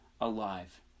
alive